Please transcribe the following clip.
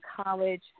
college